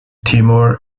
timur